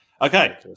Okay